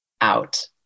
out